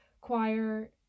choir